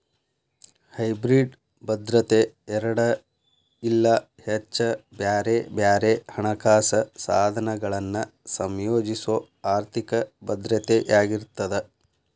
hybrid ಭದ್ರತೆ ಎರಡ ಇಲ್ಲಾ ಹೆಚ್ಚ ಬ್ಯಾರೆ ಬ್ಯಾರೆ ಹಣಕಾಸ ಸಾಧನಗಳನ್ನ ಸಂಯೋಜಿಸೊ ಆರ್ಥಿಕ ಭದ್ರತೆಯಾಗಿರ್ತದ